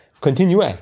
Continue